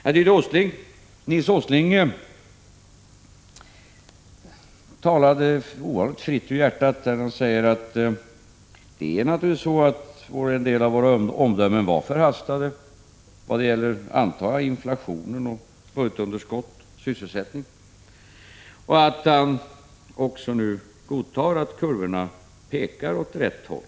Jag tycker att Nils G. Åsling talar ovanligt fritt ur hjärtat. Han säger: Det är naturligtvis så, att en del av våra omdömen varit förhastade. Jag antar att han då avser inflationen, budgetunderskottet och sysselsättningen. Vidare godtar han nu att kurvorna pekar åt rätt håll.